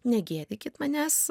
negėdykit manęs